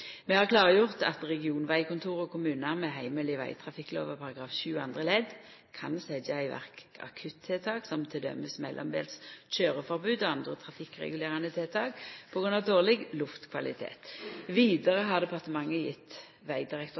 har klargjort at regionvegkontor og kommunar med heimel i vegtrafikklova § 7 andre ledd kan setja i verk akuttiltak som t.d. mellombels køyreforbod og andre trafikkregulerande tiltak på grunn av dårleg luftkvalitet. Vidare har departementet